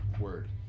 word